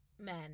men